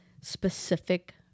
specific